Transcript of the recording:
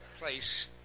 place